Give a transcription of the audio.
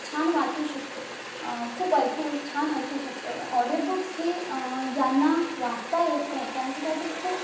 छान वाचू शकतो खूप ऐकू छान ऐकू शकतो ऑडिओ बुक्स हे ज्यांना वाचता येत ना त्यांच्यासाठी खूप